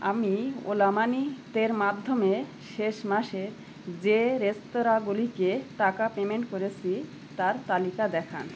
আমি ওলা মানির মাধ্যমে শেষ মাসের যে রেস্তোরাঁগুলিকে টাকা পেমেন্ট করেছি তার তালিকা দেখান